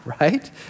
right